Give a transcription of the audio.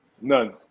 None